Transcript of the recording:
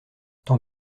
tant